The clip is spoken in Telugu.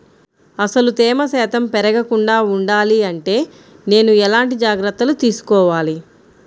అసలు తేమ శాతం పెరగకుండా వుండాలి అంటే నేను ఎలాంటి జాగ్రత్తలు తీసుకోవాలి?